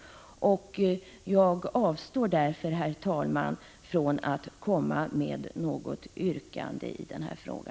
Jag avstår därför, herr talman, från att komma med något yrkande i denna fråga.